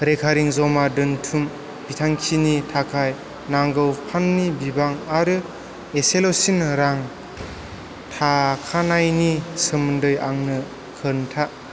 recurring जमा दोन्थुम बिथांखिनि थाखाय नांगौ फान्डनि बिबां आरो इसेल'सिन रां थायनायनि सोमोन्दै आंनो खोन्था